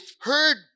heard